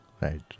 Right